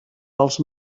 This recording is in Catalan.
els